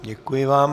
Děkuji vám.